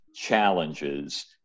challenges